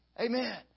Amen